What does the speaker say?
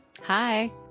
Hi